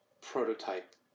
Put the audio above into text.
prototype